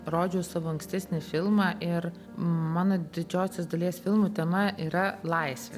rodžiau savo ankstesnį filmą ir mano didžiosios dalies filmų tema yra laisvė